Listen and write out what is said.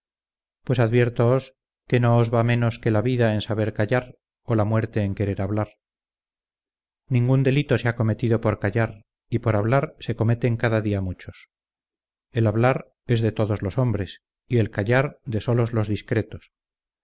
pues adviértoos que no os va menos que la vida en saber callar o la muerte en querer hablar ningún delito se ha cometido por callar y por hablar se cometen cada día muchos el hablar es de todos los hombres y el callar de solos los discretos